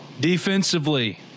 Defensively